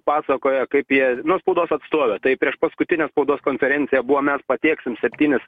pasakoja kaip jie nu spaudos atstovė tai priešpaskutinė spaudos konferencija buvo mes patieksim septynis